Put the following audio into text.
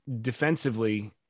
defensively